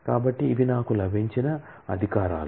కాబట్టి ఇవి నాకు లభించిన అధికారాలు